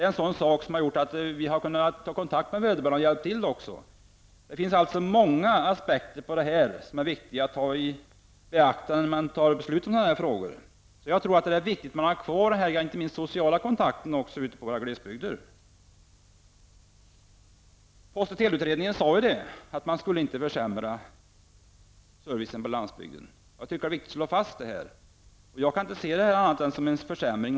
Tack vare sådana upplysningar har polisen kunnat ta kontakt med vederbörande och hjälpa till. Det finns alltså många aspekter att beakta i samband med beslut i sådana här ärenden. Jag tror således att det är viktigt att ha kvar den sociala kontakt som det här innebär, och då inte minst i våra glesbygder. Post och teleutredningen har också sagt att servicen på landsbygden inte skall försämras. Det är viktigt att slå fast detta i det här sammanhanget. Detta med att åka ut nattetid betraktar jag enbart som en försämring.